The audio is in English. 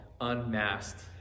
Unmasked